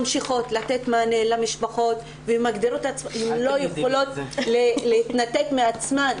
ממשיכות לתת מענה למשפחות והן לא יכולות להתנתק מעצמן,